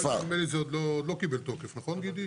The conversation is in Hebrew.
נדמה לי שזה עוד לא קיבל תוקף, נכון גידי?